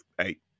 eight